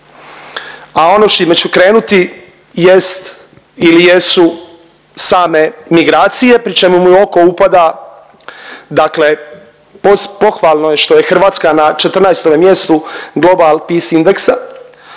a ono s čime ću krenuti jest ili jesu same migracije pri čemu mi oko upada dakle pohvalno je što je Hrvatska na 14. mjestu Global peace Indexa